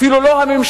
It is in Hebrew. אפילו לא הממשלה.